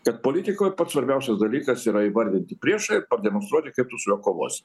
kad politikoj pats svarbiausias dalykas yra įvardinti priešą ir pademonstruoti kaip tu su juo kovosi